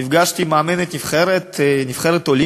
נפגשתי עם מאמנת נבחרת אולימפית,